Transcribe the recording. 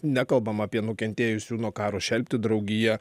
nekalbam apie nukentėjusių nuo karo šelpti draugiją